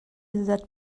that